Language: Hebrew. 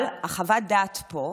אבל חוות הדעת פה,